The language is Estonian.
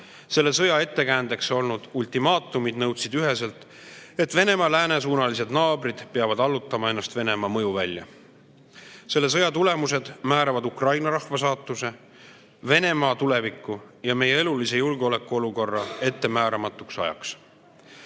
Selle sõja ettekäändeks olnud ultimaatumid nõudsid üheselt, et Venemaa läänesuunalised naabrid peavad allutama ennast Venemaa mõjuvälja. Selle sõja tulemused määravad Ukraina rahva saatuse, Venemaa tuleviku ja meie elulise julgeolekuolukorra ettemääramatuks ajaks.